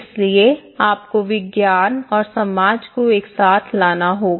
इसलिए आपको विज्ञान और समाज को एक साथ लाना होगा